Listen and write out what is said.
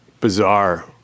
bizarre